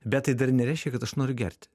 bet tai dar nereiškia kad aš noriu gert